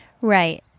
right